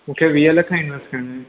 मूंखे वीह लख इन्वेस्ट करिणा आहिनि